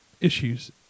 issues